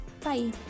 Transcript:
bye